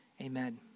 amen